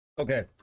Okay